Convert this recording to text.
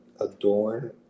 adorn